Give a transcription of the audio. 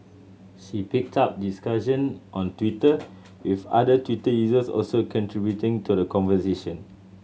she picked up discussion on Twitter with other Twitter users also contributing to the conversation